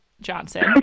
johnson